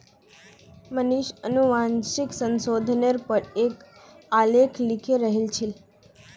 मनीष अनुवांशिक संशोधनेर पर एक आलेख लिखे रहिल छील